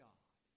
God